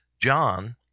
John